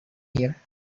here